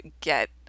get